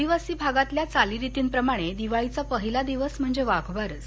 आदिवासी भागातील चालीरीती प्रमाणे दिवाळीचा पहिला दिवस म्हणजे वाघबारस